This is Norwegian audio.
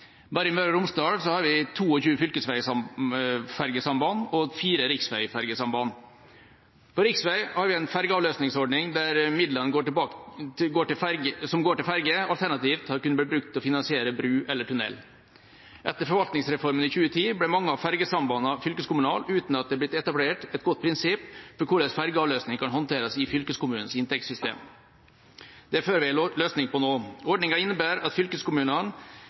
Bare i Møre og Romsdal har vi 22 fylkesvegfergesamband og fire riksvegfergesamband. For riksveger har vi en fergeavløsningsordning der midlene som går til ferger, alternativt har kunnet blitt brukt til å finansiere bru eller tunnel. Etter forvaltningsreformen i 2010 ble mange av fergesambanda fylkeskommunale uten at det ble etablert et godt prinsipp for hvordan fergeavløsning kan håndteres i fylkeskommunenes inntektssystem. Det får vi en løsning på nå. Ordninga innebærer at fylkeskommunene